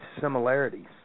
similarities